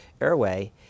airway